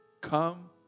come